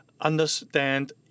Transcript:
understand